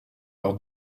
leur